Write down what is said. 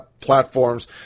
platforms